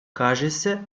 кажется